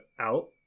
out